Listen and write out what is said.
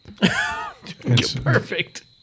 Perfect